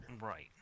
Right